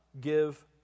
give